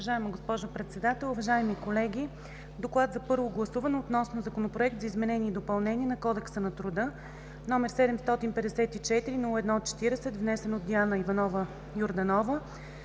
Уважаема госпожо Председател, уважаеми колеги. „ДОКЛАД за първо гласуване относно Законопроект за изменение и допълнение на Кодекса на труда, № 754-01-40, внесен от Диана Иванова Йорданова,